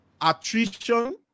Attrition